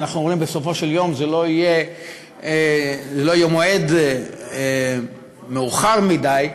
אנחנו אומרים "בסופו של יום" שזה לא יהיה מועד מאוחר מדי,